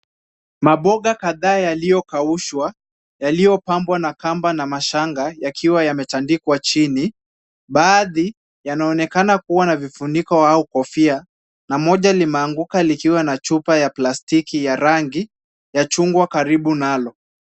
Maboga kadhaa yaliyokaushwa yaliyopambwa na kamba na mashanga yakiwa yametandikwa chini, baadhi yanaonekana kuwa na vifuniko au kofia na moja limeanguka likiwa na chupa ya plastiki ya rangi ya chungwa karibu nalo.